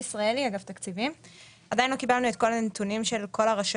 יש החלטת ממשלה 2262 שזה פיתוח כלכלי במחוז